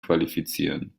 qualifizieren